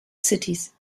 cities